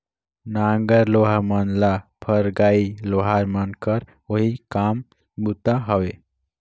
नांगर लोहा मन ल फरगई लोहार मन कर ओही काम बूता हवे